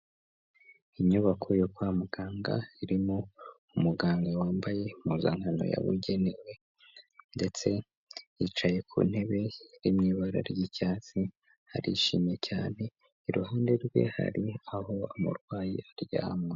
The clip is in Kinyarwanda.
Inyubako yo kwa muganga irimo umuganga wambaye impuzankano yabugenewe ndetse yicaye ku ntebe iri mu ibara ry'icyatsi arishimye cyane, iruhande rwe hari aho umurwayi aryamye.